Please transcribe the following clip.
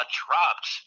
dropped